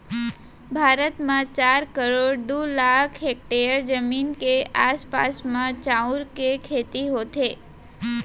भारत म चार करोड़ दू लाख हेक्टेयर जमीन के आसपास म चाँउर के खेती होथे